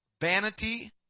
Vanity